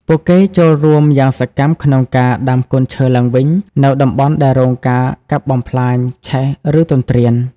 ពួកគេចូលរួមយ៉ាងសកម្មក្នុងការ ដាំកូនឈើឡើងវិញ នៅតំបន់ដែលរងការកាប់បំផ្លាញ ឆេះ ឬទន្ទ្រាន។